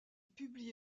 publie